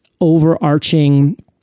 overarching